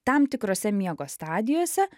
tam tikrose miego stadijose